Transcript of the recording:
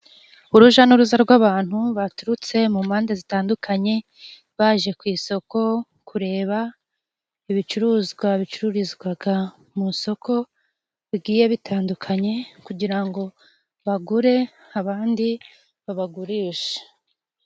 Uruja n'uruza rw'abantu baturutse mu mpande zitandukanye. Baje ku isoko kureba ibicuruzwa bicururizwaga mu isoko bigiye bitandukanye, kugira ngo bagure abandi babagurishe.